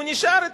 הוא נשאר אתן,